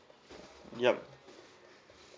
yup